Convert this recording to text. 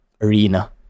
arena